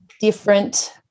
different